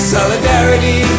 Solidarity